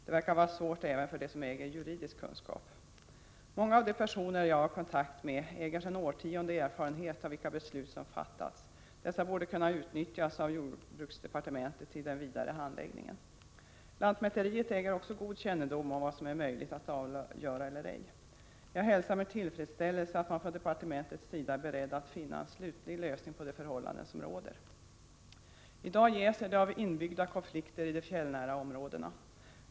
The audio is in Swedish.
Det verkar vara svårt även för dem som äger juridisk kunskap. Många av de personer jag har kontakt med äger sedan årtionden erfarenhet av vilka beslut som fattats. Dessa borde kunna utnyttjas av jordbruksdepartementet i den vidare handläggningen. Lantmäteriet äger också god kännedom om vad som är möjligt att avgöra eller ej. Jag hälsar med tillfredsställelse att man från departementets sida är beredd att finna en slutlig lösning på de förhållanden som råder. I dag jäser det av inbyggda konflikter i de fjällnära områdena.